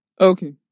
Okay